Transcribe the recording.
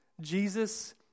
Jesus